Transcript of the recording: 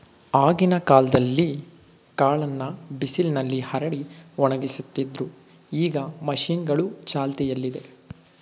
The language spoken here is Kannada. ಆಗಿನ ಕಾಲ್ದಲ್ಲೀ ಕಾಳನ್ನ ಬಿಸಿಲ್ನಲ್ಲಿ ಹರಡಿ ಒಣಗಿಸ್ತಿದ್ರು ಈಗ ಮಷೀನ್ಗಳೂ ಚಾಲ್ತಿಯಲ್ಲಿದೆ